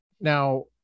now